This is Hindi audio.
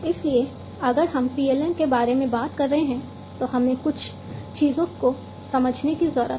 इसलिए अगर हम PLM के बारे में बात कर रहे हैं तो हमें कुछ चीजों को समझने की जरूरत है